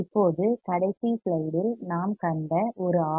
இப்போது கடைசி ஸ்லைடில் நாம் கண்ட ஒரு ஆர்